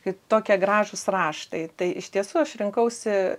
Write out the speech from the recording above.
kai tokie gražūs raštai tai iš tiesų aš rinkausi